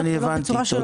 לא בצורה של הוצאות.